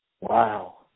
Wow